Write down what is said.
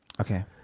Okay